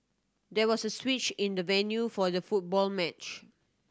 there was a switch in the venue for the football match